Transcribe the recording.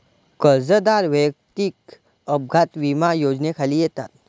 कर्जदार वैयक्तिक अपघात विमा योजनेखाली येतात